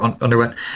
underwent